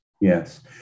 Yes